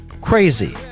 Crazy